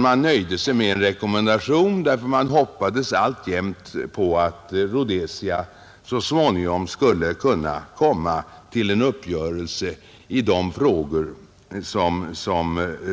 Man nöjde sig med en rekommendation därför att man alltjämt hoppades på att Rhodesia så småningom skulle kunna komma till en uppgörelse i de frågor